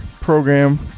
program